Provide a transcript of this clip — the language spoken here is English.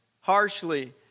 Harshly